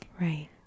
Right